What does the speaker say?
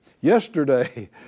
yesterday